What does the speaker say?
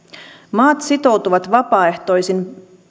maat sitoutuvat vapaaehtoisiin